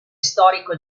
storico